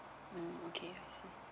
mm okay I see